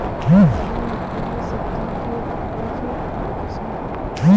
काली मिट्टी में सब्जी के उपज कइसन होई?